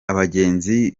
abagenzi